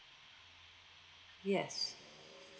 yes